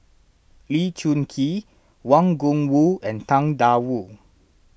Lee Choon Kee Wang Gungwu and Tang Da Wu